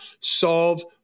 solve